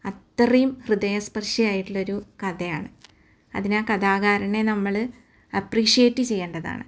അത്രയും ഹൃദയസ്പര്ശിനി ആയിട്ടുള്ളോരു കഥയാണ് അതിനാ കഥാകാരനെ നമ്മൾ അപ്പ്രിഷ്യേറ്റ് ചെയ്യേണ്ടതാണ്